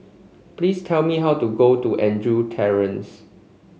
please tell me how to get to Andrew Terrace